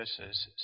verses